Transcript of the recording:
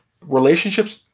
Relationships